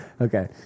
Okay